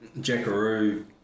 jackaroo